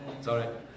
Sorry